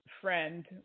friend